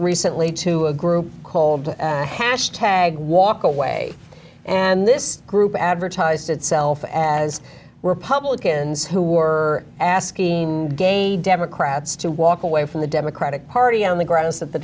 recently to a group called hash tag walk away and this group advertised itself as republicans who were asking gay democrats to walk away from the democratic party on the grounds that the